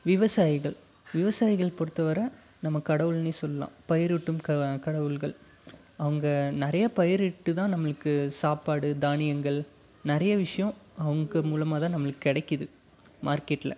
விவசாயிகள் விவசாயிகள் பொறுத்தவரை நம்ம கடவுள்னே சொல்லலாம் பயிரூட்டும் கடவுள்கள் அவங்க நிறையா பயிரிட்டுதான் நம்மளுக்கு சாப்பாடு தானியங்கள் நிறைய விஷயம் அவங்க மூலமாகதான் நம்மளுக்கு கிடைக்கிது மார்க்கெட்டில்